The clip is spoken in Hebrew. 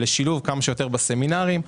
שילוב כמה שיותר בסמינרים.